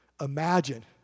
Imagine